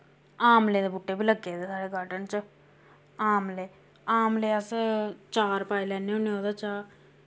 आमले दे बूह्टे बी लग्गे दे साढ़े गार्डन च आमले आमले अस चार पाई लैन्ने होन्ने उ'दे चा